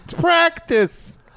practice